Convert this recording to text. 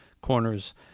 corners